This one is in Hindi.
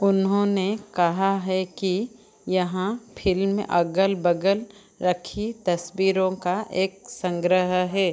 उन्होंने कहा है कि यहाँ फिल्म अग़ल बग़ल रखी तस्वीरों का एक संग्रह है